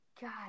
God